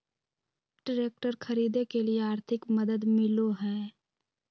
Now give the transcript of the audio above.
Tractor खरीदे के लिए आर्थिक मदद मिलो है?